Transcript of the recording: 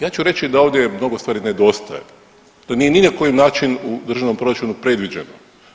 Ja ću reći da ovdje mnogo stvari nedostaje da nije ni na koji način u državnom proračunu predviđeno.